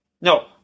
no